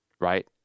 right